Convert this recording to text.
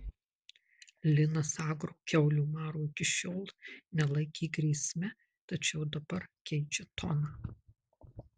linas agro kiaulių maro iki šiol nelaikė grėsme tačiau dabar keičia toną